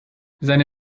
seine